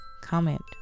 comment